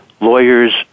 lawyers